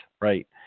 right